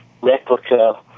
replica